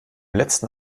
letzen